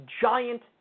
Giant